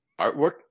artwork